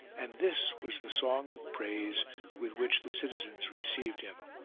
and this was the song of praise with which the citizens re ceived him.